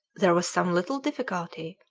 there was some little difficulty,